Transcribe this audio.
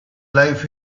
life